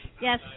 Yes